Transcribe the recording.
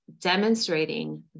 demonstrating